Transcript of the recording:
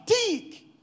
fatigue